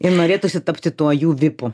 ir norėtųsi tapti tuo jų vipu